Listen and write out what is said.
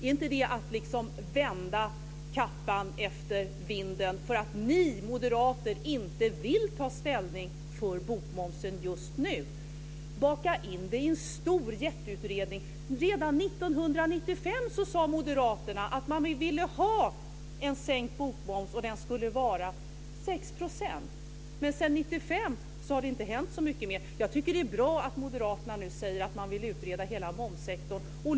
Är inte det att vända kappan efter vinden, därför att ni moderater inte vill ta ställning för bokmomsen just nu, att baka in den i en stor jätteutredning? Redan 1995 sade Moderaterna att man ville ha en sänkt bokmoms och att den skulle vara 6 %. Men sedan 1995 har det inte hänt så mycket mer. Jag tycker att det är bra att Moderaterna nu säger att man vill utreda hela momssektorn.